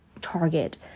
Target